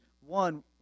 One